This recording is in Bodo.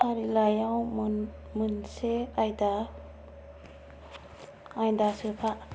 फारिलाइआव मोनसे आयदा आयदा सोफा